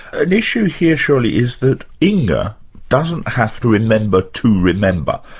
an issue here surely is that inga doesn't have to remember to remember.